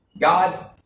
God